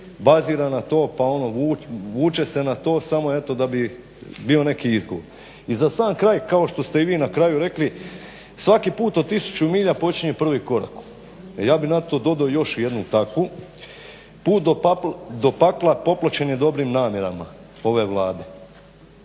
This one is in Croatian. bazira na to, pa ono vuče se na to samo eto da bi bio neki izgovor. I za sam kraj, kao što ste i vi na kraju rekli, svaki put od tisuću milja počinje prvim korakom, a ja bih na to dodao još jednu takvu put do pakla popločen je dobrim namjerama ove Vlade.